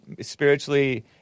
spiritually